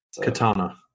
Katana